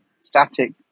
static